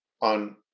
on